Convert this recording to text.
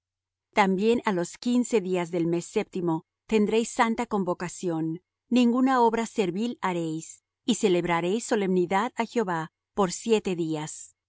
también á los quince días del mes séptimo tendréis santa convocación ninguna obra servil haréis y celebraréis solemnidad á jehová por siete días